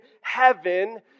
heaven